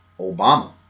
Obama